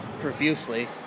profusely